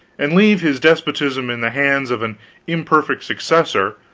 and leave his despotism in the hands of an imperfect successor,